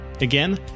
Again